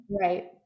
Right